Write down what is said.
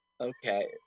okay